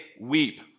weep